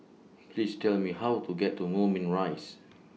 Please Tell Me How to get to Moulmein Rise